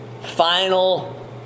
final